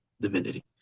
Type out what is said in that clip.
divinity